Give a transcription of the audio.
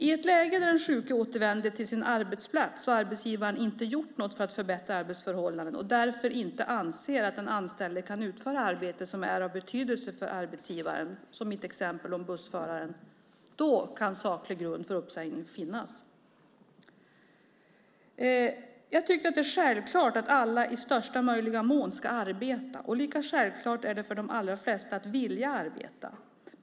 I ett läge när den sjuke återvänder till sin arbetsplats har arbetsgivaren inte gjort något för att förbättra arbetsförhållandena och anser därför inte att den anställde kan utföra arbete som är av betydelse för arbetsgivaren, i mitt exempel om bussföraren. Då kan saklig grund för uppsägning finnas. Jag tycker att det är självklart att alla i största möjliga mån ska arbeta. Lika självklart är det för de allra flesta att vilja arbeta.